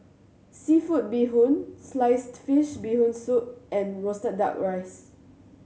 seafood bee hoon sliced fish Bee Hoon Soup and roasted Duck Rice